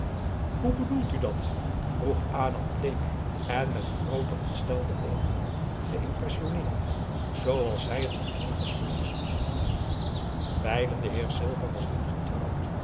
hoe bedoelt u dat vroeg adam bleek en met groote ontstelde oogen geïmpressionneerd zooals hij t nog nooit was geweest wijlen de heer silver was niet getrouwd